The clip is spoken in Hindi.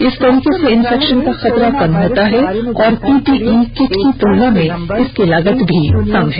इस तरीके से इंफेक्षन का खतरा कम होता है और पीपीई किट की तुलना में इसकी लागत भी कम है